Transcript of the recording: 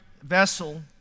vessel